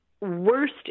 worst